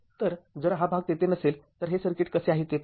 तर जर हा भाग तेथे नसेल तर हे सर्किट कसे आहे ते पहा